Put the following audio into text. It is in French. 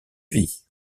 vie